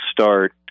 start